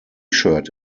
shirt